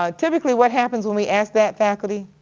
ah typically what happens when we ask that faculty?